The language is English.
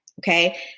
okay